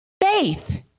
faith